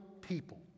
people